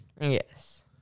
Yes